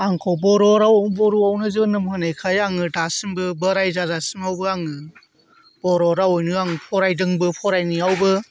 आंखौ बर' राव बर'आवनो जोनोम होनायखाय आङो दासिमबो बोराय जाजासिमावबो आं बर' रावैनो आं फरायदोंबो फरायनायावबो